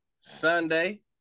Sunday